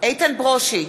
איתן ברושי,